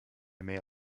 mer